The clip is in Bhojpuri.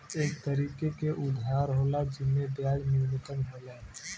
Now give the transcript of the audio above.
एक तरीके के उधार होला जिम्मे ब्याज न्यूनतम होला